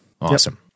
Awesome